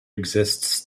exists